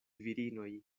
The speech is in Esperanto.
virinoj